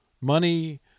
Money